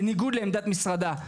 בניגוד לעמדת משרדה,